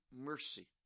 mercy